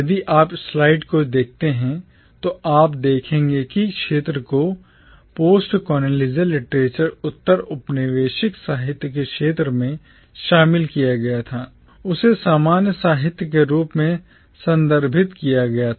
यदि आप स्लाइड को देखते हैं तो आप देखेंगे कि पहले क्षेत्र को जो postcolonial literature उत्तर औपनिवेशिक साहित्य के क्षेत्र में शामिल किया गया था उसे सामान्य साहित्य के रूप में संदर्भित किया गया था